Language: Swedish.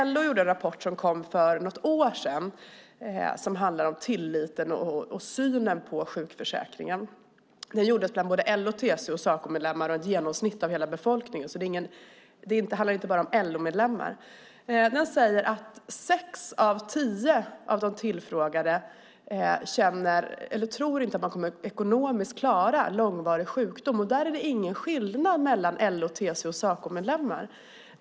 LO kom med en rapport för något år sedan om tilliten till och synen på sjukförsäkringen. Den gjordes bland både LO-, TCO och Sacomedlemmar och ett genomsnitt av hela befolkningen. Den handlar inte bara om LO-medlemmar. Rapporten säger att sex av tio tillfrågade tror att man ekonomiskt inte kommer att klara långvarig sjukdom. Där är det ingen skillnad mellan LO-, TCO och Sacomedlemmar.